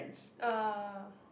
ya